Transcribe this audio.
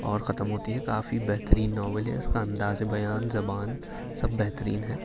اور ختم ہوتی ہے کافی بہترین ناول ہے اس کا اندازِ بیان زبان سب بہترین ہے